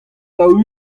daou